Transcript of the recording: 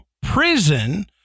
prison